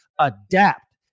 adapt